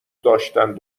داشتند